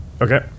Okay